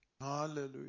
Hallelujah